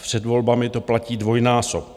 Před volbami to platí dvojnásob.